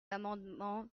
l’amendement